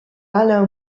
alain